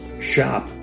shop